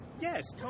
Yes